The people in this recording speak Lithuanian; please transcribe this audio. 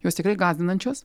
jos tikrai gąsdinančios